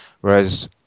Whereas